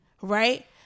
right